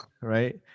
right